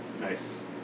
Nice